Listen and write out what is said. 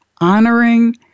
honoring